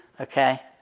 Okay